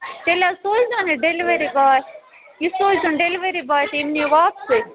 تیٚلہِ حظ سوٗزۍزِہون یہِ ڈٮ۪لؤری باے یہِ سوٗزۍزِہون ڈٮ۪لؤری باے تہٕ یِم نِیِو واپسٕے